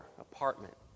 apartment